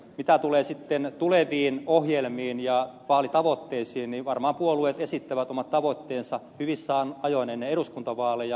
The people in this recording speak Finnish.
mitä tulee sitten tuleviin ohjelmiin ja vaalitavoitteisiin niin varmaan puolueet esittävät omat tavoitteensa hyvissä ajoin ennen eduskuntavaaleja